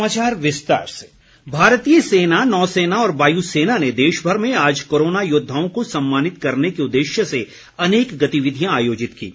सम्मान भारतीय सेना नौसेना और वायू सेना ने देशभर में आज कोरोना योद्वाओं को सम्मानित करने के उद्देश्य से अनेक गतिविधियां आयोजित कीं